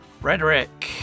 Frederick